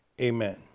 Amen